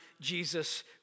Jesus